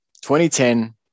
2010